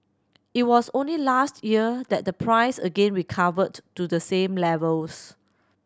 it was only last year that the price again recovered to the same levels